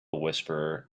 whisperer